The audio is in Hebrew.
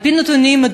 על-פי הנתונים,